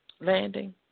landing